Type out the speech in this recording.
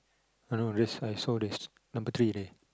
I don't know I I saw this number three there